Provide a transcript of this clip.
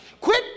Quit